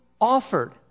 offered